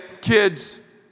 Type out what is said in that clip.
kids